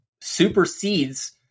supersedes